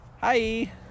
Hi